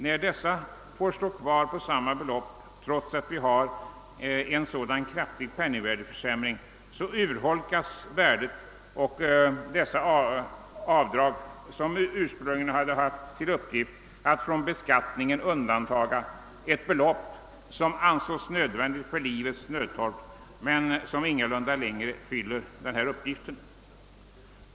När dessa får stå kvar på samma belopp trots att vi har en sådan kraftig penningvärdeförsämring, urholkas värdet av dem, ehuru de ursprungligen haft till uppgift att från beskattning undanta ett belopp som ansågs nödvändigt för livets nödtorft. Men det fyller inte längre denna uppgift.